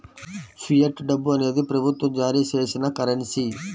fiat డబ్బు అనేది ప్రభుత్వం జారీ చేసిన కరెన్సీ